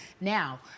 now